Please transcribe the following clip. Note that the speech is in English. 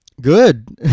Good